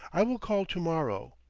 i will call to-morrow.